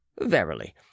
verily